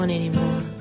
anymore